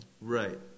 right